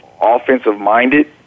offensive-minded